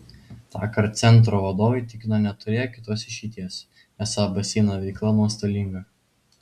tąkart centro vadovai tikino neturėję kitos išeities esą baseino veikla nuostolinga